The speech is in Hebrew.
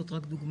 וזאת רק דוגמה.